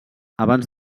abans